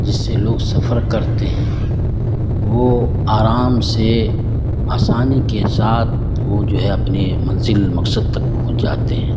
جس سے لوگ سفر کرتے ہیں وہ آرام سے آسانی کے ساتھ وہ جو ہے اپنے منزل مقصد تک پہنچ جاتے ہیں